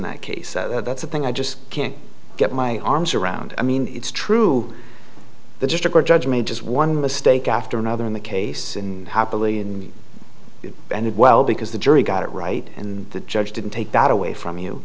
that case that's the thing i just can't get my arms around i mean it's true that just a court judge may just one mistake after another in the case and happily and it ended well because the jury got it right and the judge didn't take that away from you